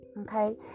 Okay